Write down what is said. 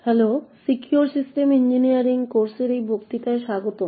hello secure system engineering কোর্সের এই বক্তৃতায় স্বাগতম